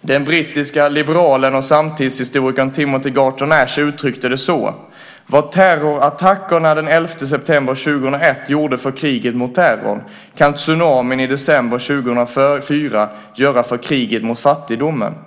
Den brittiske liberalen och samtidshistorikern Timothy Garton Ash uttryckte det så: "Vad terrorattackerna den 11 september 2001 gjorde för kriget mot terrorn kan tsunamin i december 2004 göra för kriget mot fattigdomen.